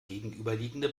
gegenüberliegende